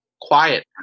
Quiet